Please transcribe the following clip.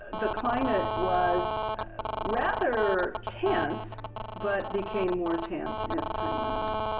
the climate was rather tense but became more tense as time went on.